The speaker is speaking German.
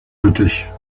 lüttich